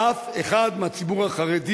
אף אחד מהציבור החרדי,